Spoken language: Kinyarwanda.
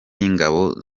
y’ingabo